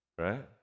right